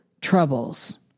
troubles